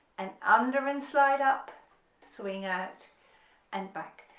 and under and slide up swing out and back,